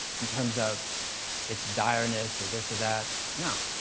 in terms of its direness, or this, or that. no.